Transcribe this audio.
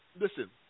listen